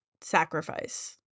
sacrifice